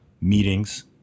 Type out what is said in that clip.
meetings